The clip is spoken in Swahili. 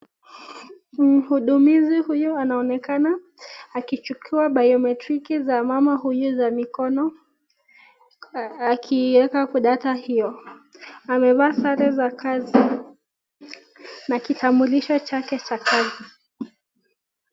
Mhudumizi huyu anaonekana akichukua bayometriki za mama huyu za mikono akiweka kwa data hiyo, amevaa sare za kazi na kitambulisho chake cha kazi.